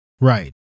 Right